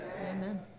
Amen